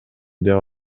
деп